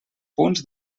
punts